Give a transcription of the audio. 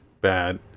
bad